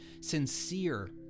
sincere